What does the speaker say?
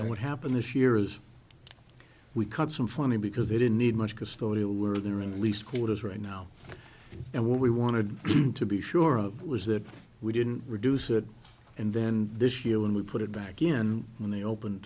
and what happened this year is we caught some funny because they didn't need much custodial were there in the least quarters right now and what we wanted to be sure of was that we didn't reduce it and then this year when we put it back again when they open